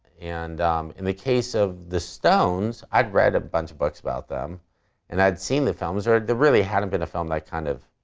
and in the case of the stones, i'd read a bunch of books about them and i'd seen the films, or there really hadn't been a film that kind of